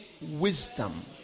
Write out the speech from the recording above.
wisdom